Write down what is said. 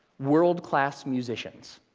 world class musicians,